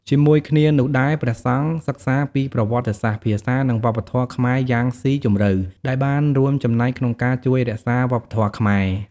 ជាមួយគ្នានោះដែរ ព្រះសង្ឃសិក្សាពីប្រវត្តិសាស្ត្រ ភាសា និងវប្បធម៌ខ្មែរយ៉ាងស៊ីជម្រៅ ដែលបានរួមចំណែកក្នុងការជួយរក្សាវប្បធម៌ខ្មែរ។